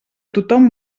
tothom